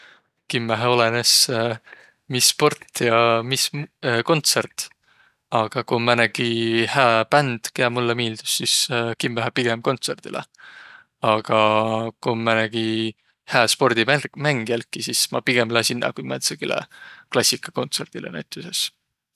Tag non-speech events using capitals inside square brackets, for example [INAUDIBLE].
Kimmähe olõnõs, [HESITATION] mis sport ja mis [HESITATION] kontsõrt. Aga ku om määnegi hää bänd, kiä mullõ miildüs, sis [HESITATION] kimmähe pigem kontsõrdilõ.